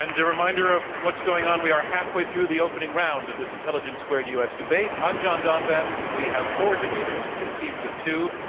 and reminder of what's going on, we are halfway through the opening round of this intelligence squared u. s. debate. i'm john donvan. we have four debaters, two teams of two,